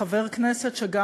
חבר כנסת שגם